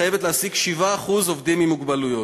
חייבת להעסיק 7% עובדים עם מוגבלויות.